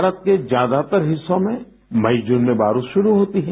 भारत के ज्यादातर हिस्सों में मई जून में बारिश शुरू होती है